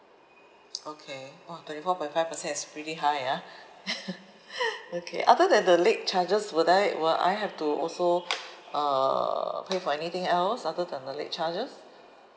okay !wah! twenty four point five percent is pretty high ah okay other than the late charges would I will I have to also uh pay for anything else other than the late charges